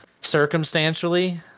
circumstantially